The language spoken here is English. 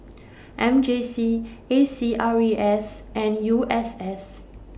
M J C A C R E S and U S S